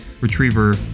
retriever